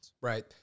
Right